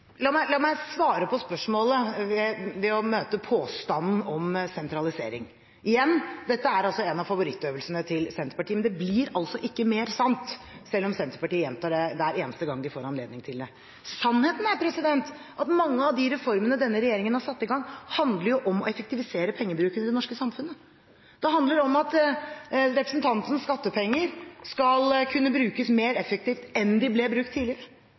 La meg svare på spørsmålet ved å møte påstanden om sentralisering. Igjen: Dette er en av favorittøvelsene til Senterpartiet, men det blir ikke mer sant selv om Senterpartiet gjentar det hver eneste gang de får anledning til det. Sannheten er at mange av de reformene denne regjeringen har satt i gang, handler om å effektivisere pengebruken i det norske samfunnet. Det handler om at representantens skattepenger skal kunne brukes mer effektivt enn de ble tidligere.